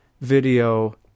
video